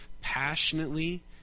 passionately